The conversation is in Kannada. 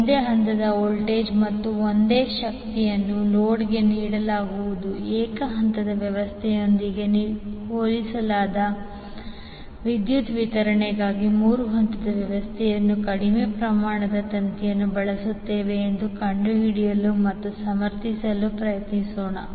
ಒಂದೇ ಹಂತದ ವೋಲ್ಟೇಜ್ ಮತ್ತು ಒಂದೇ ಶಕ್ತಿಯನ್ನು ಲೋಡ್ಗೆ ನೀಡಲಾಗುವ ಏಕ ಹಂತದ ವ್ಯವಸ್ಥೆಯೊಂದಿಗೆ ಹೋಲಿಸಿದಾಗ ವಿದ್ಯುತ್ ವಿತರಣೆಗಾಗಿ ಮೂರು ಹಂತದ ವ್ಯವಸ್ಥೆಯು ಕಡಿಮೆ ಪ್ರಮಾಣದ ತಂತಿಯನ್ನು ಬಳಸುತ್ತದೆ ಎಂದು ಕಂಡುಹಿಡಿಯಲು ಮತ್ತು ಸಮರ್ಥಿಸಲು ಪ್ರಯತ್ನಿಸೋಣ